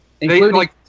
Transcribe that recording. including